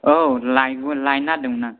औ लायगौ लायनो नागिरदोंमोन आं